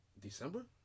December